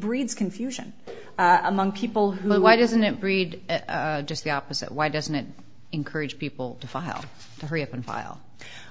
breeds confusion among people who why doesn't it breed just the opposite why doesn't it encourage people to file hurry up and file